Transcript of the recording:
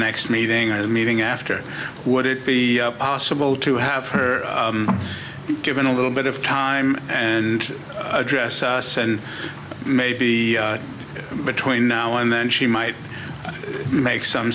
next meeting or the meeting after would it be possible to have her given a little bit of time and address and maybe between now and then she might make some